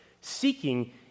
seeking